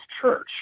church